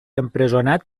empresonat